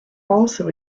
also